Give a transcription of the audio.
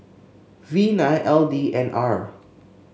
V nine L D N R